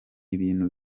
ibintu